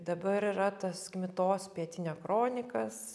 dabar yra tas kmitos pietinio kronikas